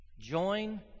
Join